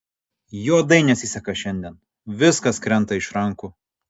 juodai nesiseka šiandien viskas krenta iš rankų